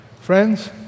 Friends